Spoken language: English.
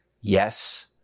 Yes